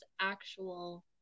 actual